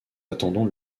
attendons